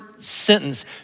sentence